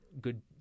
good